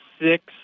six